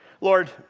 Lord